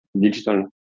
digital